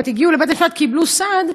כלומר הגיעו לבית-משפט וקיבלו סעד,